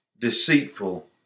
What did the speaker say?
deceitful